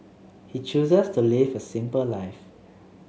he chooses to live a simple life